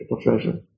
treasure